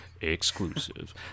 Exclusive